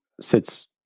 sits